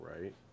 right